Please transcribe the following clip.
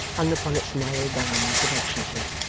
hung upon its narrow bounds affectionately.